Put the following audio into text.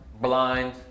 blind